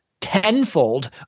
tenfold